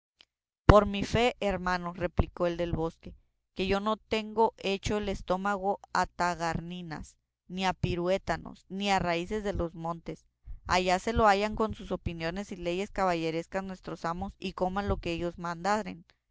por mi fe hermano replicó el del bosque que yo no tengo hecho el estómago a tagarninas ni a piruétanos ni a raíces de los montes allá se lo hayan con sus opiniones y leyes caballerescas nuestros amos y coman lo que ellos mandaren